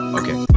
okay